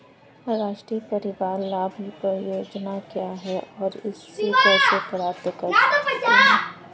राष्ट्रीय परिवार लाभ परियोजना क्या है और इसे कैसे प्राप्त करते हैं?